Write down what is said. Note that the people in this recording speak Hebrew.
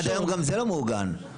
עד היום גם זה לא מעוגן ורגע,